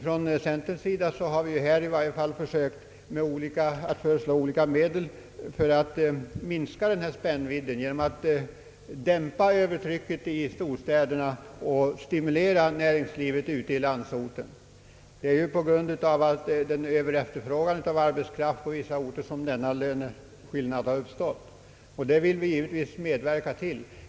Vi inom centern har i varje fall föreslagit olika åtgärder för att minska spännvidden, t.ex. genom att med lokaliseringspolitik dämpa övertryck i storstäderna och stimulera näringslivet ute i landsorten. Det är ju på grund av överefterfrågan på arbetskraft på vissa orter som denna löneskillnad har uppstått. En sådan minskning av spännvidden vill vi givetvis medverka till.